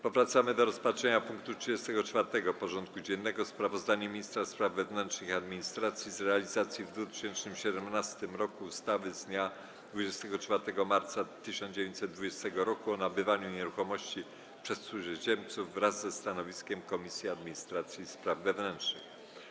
Powracamy do rozpatrzenia punktu 34. porządku dziennego: Sprawozdanie ministra spraw wewnętrznych i administracji z realizacji w 2017 r. ustawy z dnia 24 marca 1920 r. o nabywaniu nieruchomości przez cudzoziemców wraz ze stanowiskiem Komisji Administracji i Spraw Wewnętrznych.